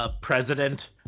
President